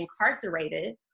incarcerated